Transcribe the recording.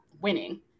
winning